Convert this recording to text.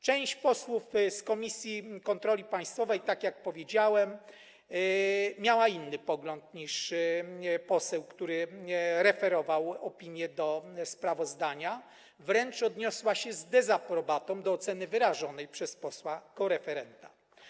Część posłów z Komisji do Spraw Kontroli Państwowej, tak jak powiedziałem, miała inny pogląd niż poseł, który referował opinię odnośnie do sprawozdania, wręcz odniosła się z dezaprobatą do oceny wyrażonej przez posła koreferenta.